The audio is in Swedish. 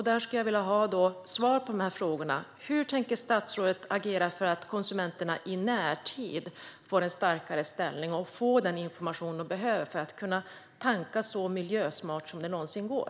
Därför skulle jag vilja ha svar på frågorna: Hur tänker statsrådet agera för att konsumenterna i närtid får en starkare ställning och får den information som de behöver för att kunna tanka så miljösmart som det någonsin går?